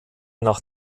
nach